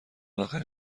آخرین